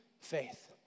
faith